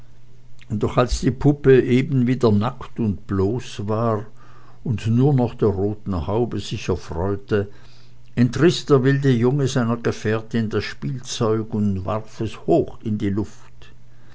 doch als die puppe eben wieder nackt und bloß war und nur noch der roten haube sich erfreuete entriß der wilde junge seiner gefährtin das spielzeug und warf es hoch in die luft